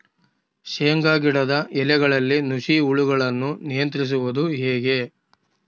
ಶೇಂಗಾ ಗಿಡದ ಎಲೆಗಳಲ್ಲಿ ನುಷಿ ಹುಳುಗಳನ್ನು ನಿಯಂತ್ರಿಸುವುದು ಹೇಗೆ?